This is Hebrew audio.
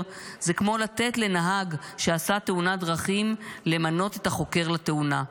זה כמו לתת לנהג שעשה תאונת דרכים למנות את החוקר לתאונה.